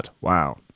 Wow